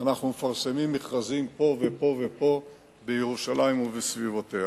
אנחנו מפרסמים מכרזים פה ופה בירושלים ובסביבותיה,